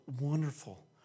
wonderful